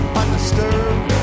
undisturbed